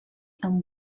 and